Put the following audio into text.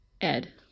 Ed